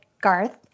Garth